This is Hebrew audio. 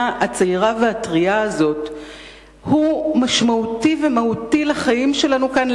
הצעירה והטרייה הזאת הוא משמעותי ומהותי לחיים שלנו כאן,